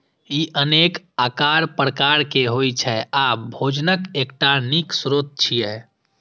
ई अनेक आकार प्रकार के होइ छै आ भोजनक एकटा नीक स्रोत छियै